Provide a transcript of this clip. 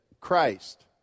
Christ